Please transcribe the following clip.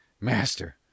master